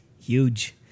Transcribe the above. huge